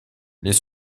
les